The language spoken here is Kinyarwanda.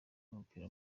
w’umupira